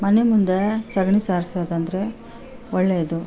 ಮನೆ ಮುಂದೆ ಸೆಗಣಿ ಸಾರಿಸೋದೆಂದ್ರೆ ಒಳ್ಳೆಯದು